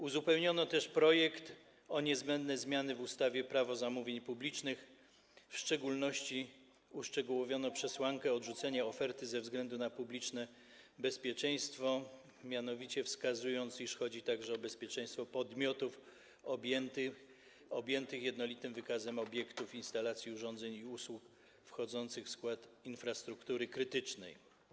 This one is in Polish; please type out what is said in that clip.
Uzupełniono też projekt o niezbędne zmiany w ustawie Prawo zamówień publicznych, w szczególności uszczegółowiono przesłankę odrzucenia oferty ze względu na publiczne bezpieczeństwo, mianowicie wskazano, iż chodzi także o bezpieczeństwo podmiotów objętych jednolitym wykazem obiektów, instalacji, urządzeń i usług wchodzących w skład infrastruktury krytycznej.